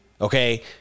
Okay